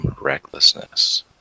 recklessness